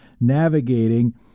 navigating